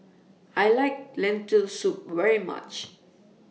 I like Lentil Soup very much